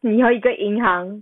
那要一个银行